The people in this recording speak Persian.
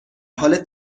حال